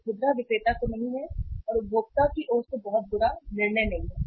यह खुदरा विक्रेता को नहीं है और उपभोक्ता की ओर से बहुत बुरा निर्णय नहीं है